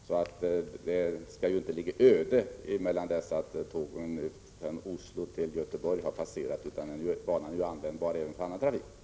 Järnvägen skall inte ligga öde mellan de tillfällen då tågen från Oslo till Göteborg passerar, utan banan är användbar även för annan trafik.